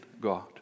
God